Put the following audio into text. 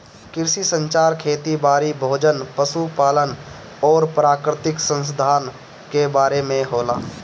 कृषि संचार खेती बारी, भोजन, पशु पालन अउरी प्राकृतिक संसधान के बारे में होला